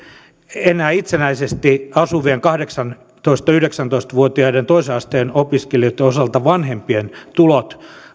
enää itsenäisesti asuvien kahdeksantoista viiva yhdeksäntoista vuotiaiden toisen asteen opiskelijoitten osalta vanhempien tulot